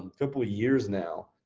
um couple years now.